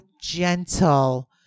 gentle